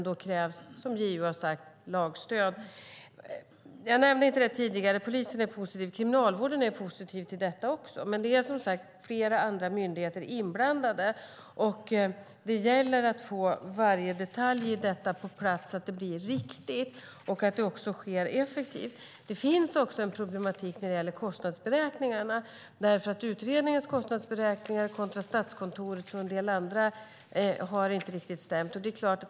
Då krävs som JO har sagt lagstöd. Jag nämnde inte det tidigare, men polisen är positiv och kriminalvården är också positiv till detta. Men det är som sagt flera andra myndigheter inblandade. Det gäller att få varje detalj på plats så att det blir riktigt och att det sker effektivt. Det finns en problematik när det gäller kostnadsberäkningarna. Utredningens kostnadsberäkningar kontra Statskontorets och en del andra har inte riktigt stämt.